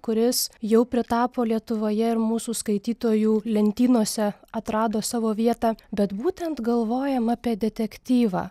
kuris jau pritapo lietuvoje ir mūsų skaitytojų lentynose atrado savo vietą bet būtent galvojam apie detektyvą